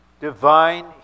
divine